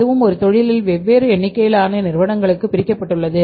அதுவும் ஒரு தொழிலில் வெவ்வேறு எண்ணிக்கையிலான நிறுவனங்களுக்கு பிரிக்கப்பட்டுள்ளது